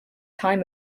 time